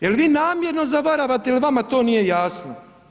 Jel vi namjerno zavaravate ili vama to nije jasno?